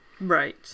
Right